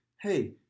Hey